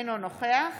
אינו נוכח